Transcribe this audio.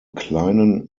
kleinen